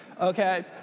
okay